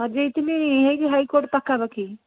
ହଜେଇଥିଲି high court ପାଖାପାଖି